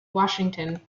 washington